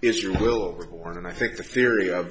if you will report and i think the theory of